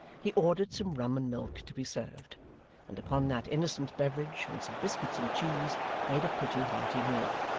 he ordered some rum and milk to be served and upon that innocent beverage and some biscuits and cheese made a pretty hearty meal.